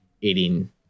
eating